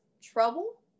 trouble